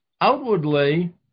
outwardly